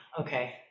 okay